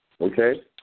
Okay